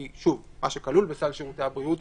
כי מה שכלול בסל שירותי הבריאות,